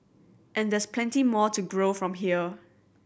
and there's plenty more to grow from here